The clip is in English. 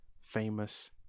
famous